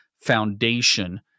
foundation